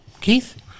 Keith